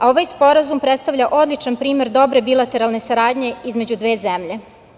Ovaj sporazum predstavlja odlična primer dobre bilateralne saradnje između dve zemlje.